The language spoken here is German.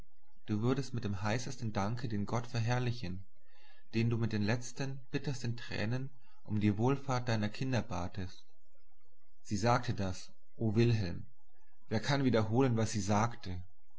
du würdest mit dem heißesten danke den gott verherrlichen den du mit den letzten bittersten tränen um die wohlfahrt deiner kinder batest sie sagte das o wilhelm wer kann wiederholen was sie sagte